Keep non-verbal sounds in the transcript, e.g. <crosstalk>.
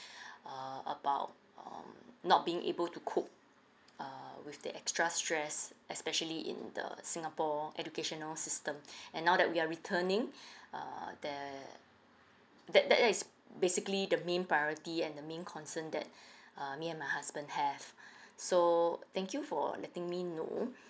<breath> err about um not being able to cope uh with the extra stress especially in the singapore educational system <breath> and now that we are returning <breath> uh that that that is basically the main priority and the main concern that <breath> err me and my husband have <breath> so thank you for letting me know